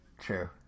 True